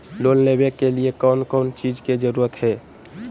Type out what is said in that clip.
Loan लेबे के लिए कौन कौन चीज के जरूरत है?